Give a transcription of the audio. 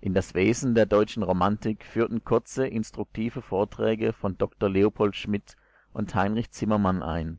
in das wesen der deutschen romantik führten kurze instruktive vorträge von dr leopold schmidt und heinrich zimmermann ein